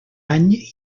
any